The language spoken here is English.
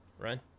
Right